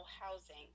housing